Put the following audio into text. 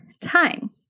time